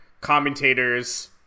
commentators